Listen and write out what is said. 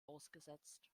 ausgesetzt